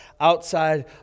outside